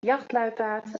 jachtluipaard